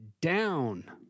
down